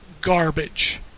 garbage